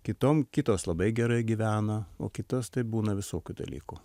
kitom kitos labai gerai gyvena o kitas taip būna visokių dalykų